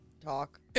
talk